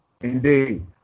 Indeed